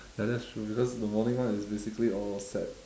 ya that's true because the morning one is basically all set